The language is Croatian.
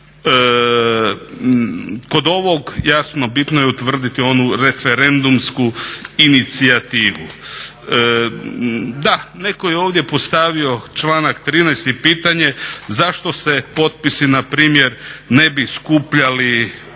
Kod ovog jasno bitno je utvrditi onu referendumsku inicijativu. Netko je ovdje postavio članak 13. i pitanje zašto se potpisi npr. ne bi skupljali ne